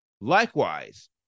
Likewise